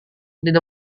tidak